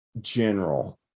general